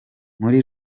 muri